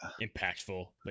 impactful